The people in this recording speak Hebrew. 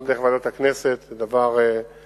גם דרך ועדת הכנסת, זה דבר רצוי.